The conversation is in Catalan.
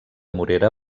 morera